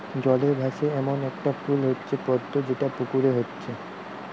জলে ভাসে এ্যামন একটা ফুল হচ্ছে পদ্ম যেটা পুকুরে হচ্ছে